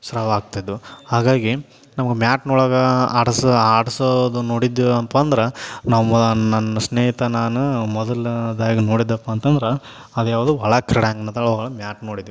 ಸ್ರಾವ ಆಗ್ತಿದ್ದವು ಹಾಗಾಗಿ ನಮ್ಗೆ ಮ್ಯಾಟ್ನೊಳಗೆ ಆಡಿಸ್ರ ಆಡಿಸೋದು ನೋಡಿದ್ದೇವೆ ಅಂತಂದ್ರೆ ನಮ್ಮ ನನ್ನ ಸ್ನೇಹಿತ ನಾನು ಮೊದಲ್ನೇದಾಗಿ ನೋಡಿದ್ದೆವಪ್ಪ ಅಂತಂದ್ರೆ ಅದ್ಯಾವುದು ಒಳಕ್ರೀಡಾಂಗಣದ ಒಳಗೆ ಮ್ಯಾಟ್ ನೋಡಿದ್ವಿ